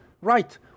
right